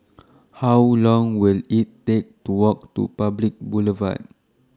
How Long Will IT Take to Walk to Public Boulevard